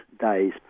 Days